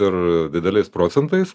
ir dideliais procentais